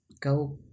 go